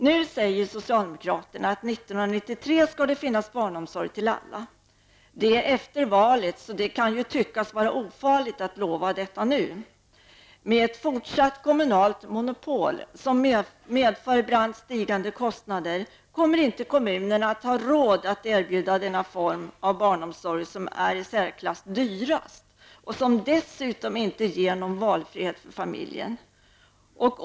Nu säger socialdemokraterna att det 1993 skall finnas barnomsorg till alla. Det är efter valet, så det kan tyckas vara ofarligt att nu lova detta. Med ett fortsatt kommunalt monopol som medför brant stigande kostnader, kommer inte kommunerna att ha råd att erbjuda denna form av barnomsorg, som är den i särklass dyraste och som dessutom inte ger någon valfrihet för familjen.